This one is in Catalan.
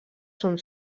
són